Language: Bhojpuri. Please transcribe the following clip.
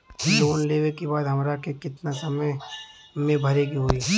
लोन लेवे के बाद हमरा के कितना समय मे भरे के होई?